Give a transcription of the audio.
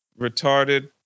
retarded